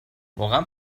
واقعا